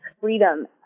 freedom